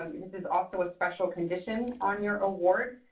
um this is also a special condition on your award.